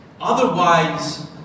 Otherwise